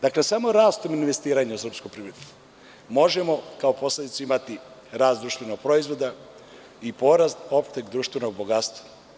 Dakle, samo rastom investiranja u srpsku privredu možemo kao posledicu imati rast društvenog proizvoda i porast opšteg društvenog bogatstva.